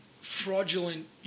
fraudulent